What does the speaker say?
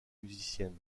musicienne